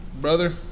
brother